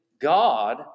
God